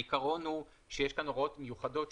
העיקרון הוא שיש כאן הוראות מיוחדות,